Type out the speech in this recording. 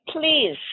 please